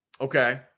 Okay